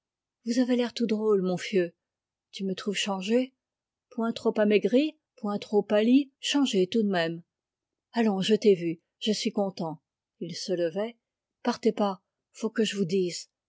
vous avez l'air tout drôle mon fieu tu me trouves changé point trop maigri point trop pâli changé tout de même allons je t'ai vue je suis content il se levait partez pas faut que je vous dise